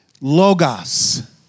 logos